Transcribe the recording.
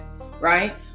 right